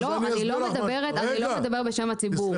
אני לא מדברת בשם הציבור,